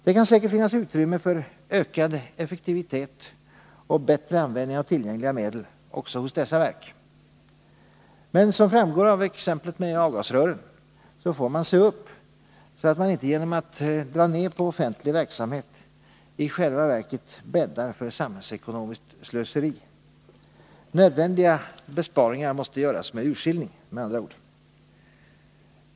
Det kan säkert finnas utrymme för ökad effektivitet och bättre användning av tillgängliga medel också hos dessa verk. Men som framgår av exemplet med avgasrören får man se upp, så att man inte genom att dra ner på offentlig verksamhet i själva verket bäddar för samhällsekonomiskt slöseri. Nödvändiga besparingar måste göras med urskillning med andra ord.